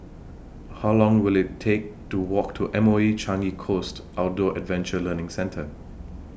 How Long Will IT Take to Walk to M O E Changi Coast Outdoor Adventure Learning Centre